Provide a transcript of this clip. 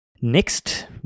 next